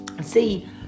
See